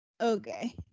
Okay